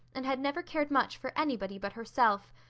and had never cared much for anybody but herself.